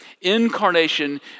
Incarnation